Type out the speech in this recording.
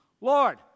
Lord